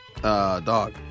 dog